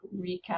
recap